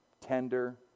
tender